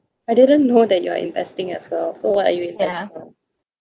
I didn't know that you're investing as well so are you investing on